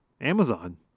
Amazon